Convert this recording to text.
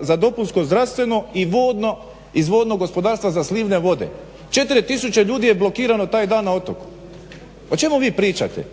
Za dopunsko zdravstveno i vodno iz vodnog gospodarstva za slivne vode. 4 tisuće ljudi je blokirano taj dan na otoku. O čemu vi pričate?